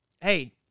hey